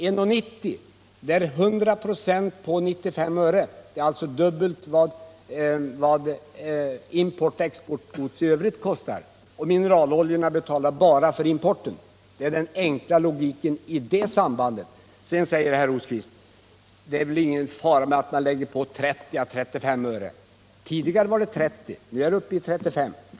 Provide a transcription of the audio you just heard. Jo, 1:90 innebär 100 96 ökning av 95 öre, alltså dubbelt mot vad importoch exportgods i övrigt kostar. Mineraloljorna betalar bara för importen. Det är den enkla logiken i det sambandet. Sedan säger herr Rosqvist att det inte innebär någon fara att lägga på 30-35 öre. Tidigare var det 30 öre. Nu är man uppe i 35 öre.